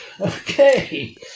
okay